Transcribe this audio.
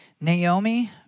Naomi